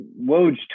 Woj